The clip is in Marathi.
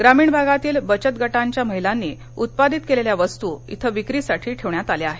ग्रामीण भागातील बचत गटाच्या महिलांनी उत्पादित केलेल्या वस्तू इथं विक्रीसाठी ठेवण्यात आल्या आहेत